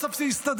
בסוף זה הסתדר,